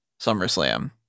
SummerSlam